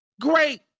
great